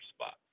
spot